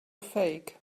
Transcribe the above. fake